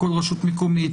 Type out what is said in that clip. לכל רשות מקומית,